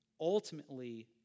ultimately